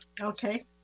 Okay